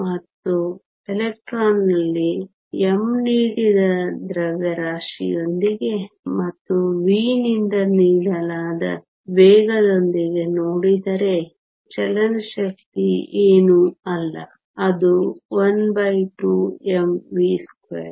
ನಾವು ಎಲೆಕ್ಟ್ರಾನ್ನಲ್ಲಿ m ನೀಡಿದ ದ್ರವ್ಯರಾಶಿಯೊಂದಿಗೆ ಮತ್ತು v ನಿಂದ ನೀಡಲಾದ ವೇಗದೊಂದಿಗೆ ನೋಡಿದರೆ ಚಲನ ಶಕ್ತಿ ಏನೂ ಅಲ್ಲ ಅದು ½ m v2